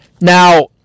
Now